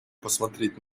посмотреть